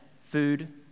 food